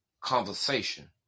Conversation